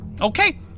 Okay